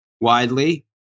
widely